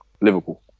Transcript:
Liverpool